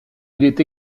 est